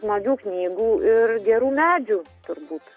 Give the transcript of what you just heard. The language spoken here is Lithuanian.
smagių knygų ir gerų medžių turbūt